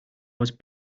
was